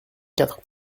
quatre